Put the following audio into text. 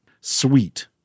Sweet